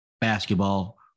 basketball